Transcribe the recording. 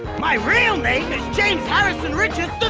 my real name is james harrison richard